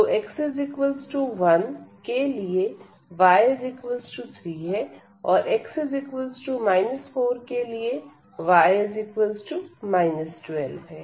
तो x1 के लिए y 3 है और x 4 के लिए y 12 है